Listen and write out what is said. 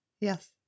yes